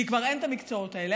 כי כבר אין המקצועות האלה,